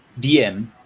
dm